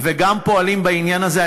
ופועלים גם בעניין הזה.